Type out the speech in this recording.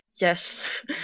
Yes